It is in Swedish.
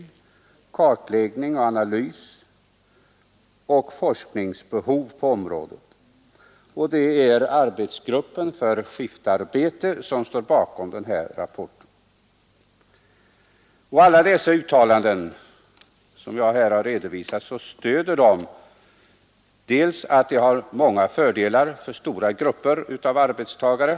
Där finns en kartläggning och en analys av erfarenheter och forskningsbehov på området. Det är gruppen för skiftarbete som står bakom denna rapport. Alla de uttalanden jag här redovisat stöder att flexibel arbetstid har många fördelar för stora grupper av arbetstagare.